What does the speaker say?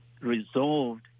resolved